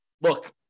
look